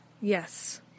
Yes